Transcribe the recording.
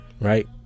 right